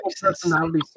personality